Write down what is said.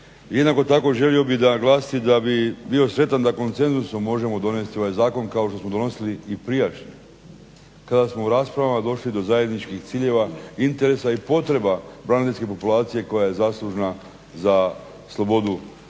Jednako tako želio bih naglasiti da bi bio sretan da konsenzusom možemo donijeti ovaj zakon kao što smo donosili i prijašnji kada smo u raspravama došli do zajedničkih ciljeva, interesa i potreba braniteljske populacije koja je zaslužna za slobodu